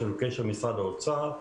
יש לנו קשר עם משרד האוצר,